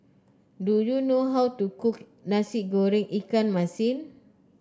do you know how to cook Nasi Goreng Ikan Masin